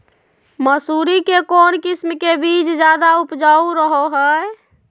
मसूरी के कौन किस्म के बीच ज्यादा उपजाऊ रहो हय?